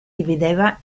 divideva